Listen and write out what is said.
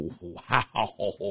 wow